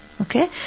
Okay